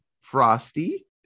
Frosty